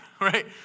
right